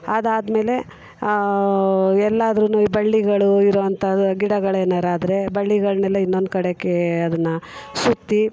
ಅದಾದ್ಮೇಲೆ ಎಲ್ಲದ್ರುನು ಬಳ್ಳಿಗಳು ಇರುವಂಥದ್ದು ಗಿಡಗಳು ಏನಾದ್ರು ಆದರೆ ಬಳ್ಳಿಗಳನ್ನೆಲ್ಲ ಇನ್ನೊಂದು ಕಡೆಗೆ ಅದನ್ನು ಸುತ್ತಿ